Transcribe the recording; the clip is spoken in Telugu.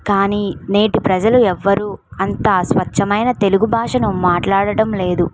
కానీ నేటి ప్రజలు ఎవ్వరూ అంత స్వచ్ఛమైన తెలుగు భాషను మాట్లాడడం లేదు